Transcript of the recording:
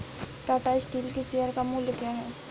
Tata steel के share का मूल्य क्या है?